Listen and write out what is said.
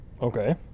Okay